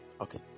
Okay